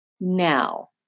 now